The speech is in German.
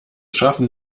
schaffen